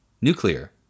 Nuclear